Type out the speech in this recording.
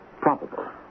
probable